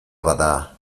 bada